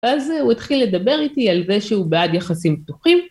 אז הוא התחיל לדבר איתי על זה שהוא בעד יחסים פתוחים.